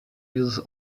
dieses